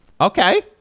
Okay